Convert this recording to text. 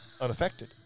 unaffected